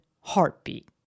heartbeat